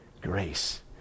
Grace